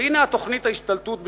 והנה תוכנית ההשתלטות בשלביה: